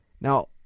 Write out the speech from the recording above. Now